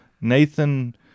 Nathan